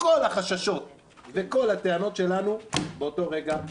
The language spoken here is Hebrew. כל החששות וכל הטענות שלנו באותו רגע מתממשות,